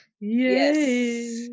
Yes